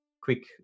quick